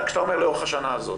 כשאתה אומר 'לאורך השנה הזאת',